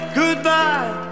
goodbye